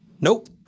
Nope